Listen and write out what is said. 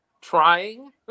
trying